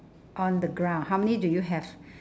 on the ground how many do you have